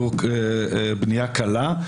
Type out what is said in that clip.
בנייה קלה,